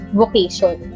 vocation